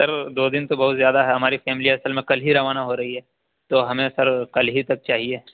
سر دو دِن تو بہت زیادہ ہے ہماری فیملی اصل میں کل ہی روانہ ہو رہی ہے تو ہمیں سر کل ہی تک چاہیے